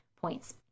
points